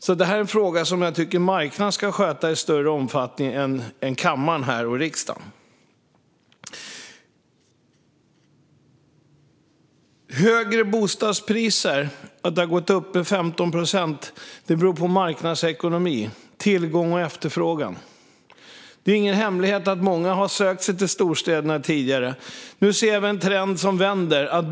Det är alltså en fråga som jag tycker att marknaden, inte den här kammaren och riksdagen, ska sköta i större omfattning. De högre bostadspriserna och att de har gått upp med 15 procent beror på marknadsekonomi - tillgång och efterfrågan. Det är ingen hemlighet att många tidigare har sökt sig till storstäderna. Nu ser vi att trenden vänder.